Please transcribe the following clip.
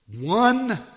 One